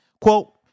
Quote